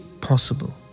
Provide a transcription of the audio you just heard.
possible